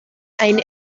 ein